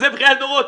זה בכייה לדורות.